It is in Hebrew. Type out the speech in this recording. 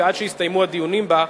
ועד שיסתיימו הדיונים בה,